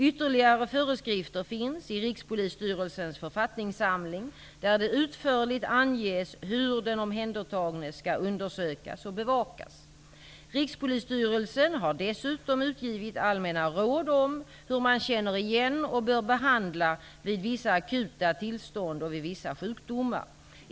Ytterligare förskrifter finns i Rikspolisstyrelsens författningssamling, där det utförligt anges hur den omhändertagne skall undersökas och bevakas. Rikspolisstyrelsen har dessutom utgivit allmänna råd om hur man känner igen och bör handla vid vissa akuta tillstånd och vid vissa sjukdomar.